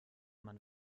man